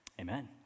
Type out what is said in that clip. Amen